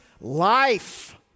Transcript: life